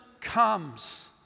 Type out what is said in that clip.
comes